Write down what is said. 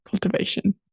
cultivation